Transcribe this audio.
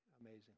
amazing